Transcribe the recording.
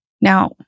Now